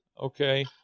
Okay